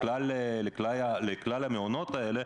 לכלל המעונות האלה,